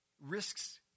risks